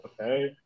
Okay